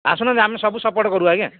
ଆସୁ ନାହାନ୍ତି ଆମେ ସବୁ ସପୋର୍ଟ୍ କରିବୁ ଆଜ୍ଞା